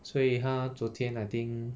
所以他昨天 I think